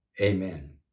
Amen